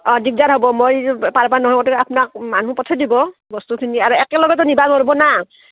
অঁ দিগদাৰ হ'ব মই পাৰো বা নোৱাৰো গতিকে আপোনাক মানুহ পঠাই দিব বস্তুখিনি আৰু একেলগেতো নিব নোৱাৰিব না